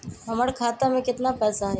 हमर खाता में केतना पैसा हई?